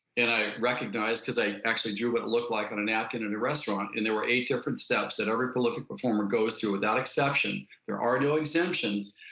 and i recognized, because i actually drew what it looked like on a napkin in a restaurant, and there were eight different steps that every prolific performer goes through without exception, there are no exemptions,